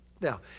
Now